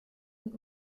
und